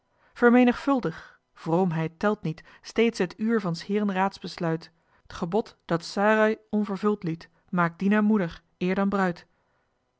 vermenigvuldig vroomheid telt niet steeds t uur van s heeren raadsbesluit t gebod dat sarai onvervuld liet maakt dina moeder eer dan bruid